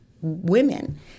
women